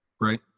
Right